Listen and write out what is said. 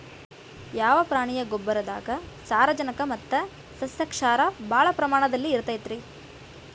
ಯಾವ ಪ್ರಾಣಿಯ ಗೊಬ್ಬರದಾಗ ಸಾರಜನಕ ಮತ್ತ ಸಸ್ಯಕ್ಷಾರ ಭಾಳ ಪ್ರಮಾಣದಲ್ಲಿ ಇರುತೈತರೇ?